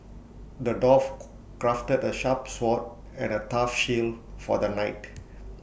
the dwarf crafted A sharp sword and A tough shield for the knight